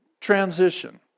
transition